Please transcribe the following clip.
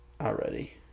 already